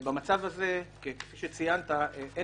במצב הזה, כפי שציינת, אין